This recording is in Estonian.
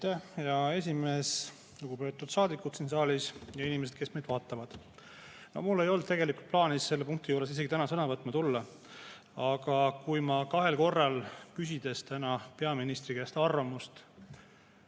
hea esimees! Lugupeetud saadikud siin saalis ja inimesed, kes meid vaatavad! Mul ei olnud tegelikult plaanis selle punkti arutelul täna sõna võtma tulla. Aga kui ma kahel korral, küsides täna peaministri käest arvamust,